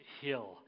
Hill